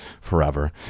forever